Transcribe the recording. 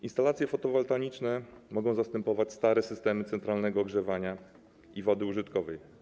Instalacje fotowoltaiczne mogą zastępować stare systemy centralnego ogrzewania i wody użytkowej.